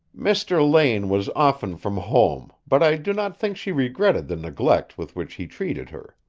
mr. lane was often from home, but i do not think she regretted the neglect with which he treated her.